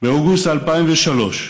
באוגוסט 2003,